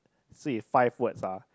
so is five words lah